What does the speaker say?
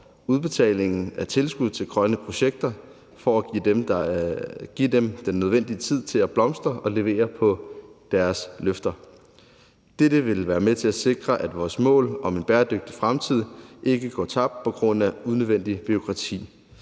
udbetalingen af tilskud til grønne projekter for at give dem den nødvendige tid til at blomstre og levere på deres løfter. Dette vil være med til at sikre, at vores mål om en bæredygtig fremtid ikke går tabt på grund af unødvendigt bureaukrati.